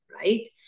right